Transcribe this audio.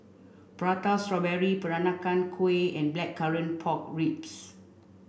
Prata Strawberry Peranakan Kueh and Blackcurrant Pork Ribs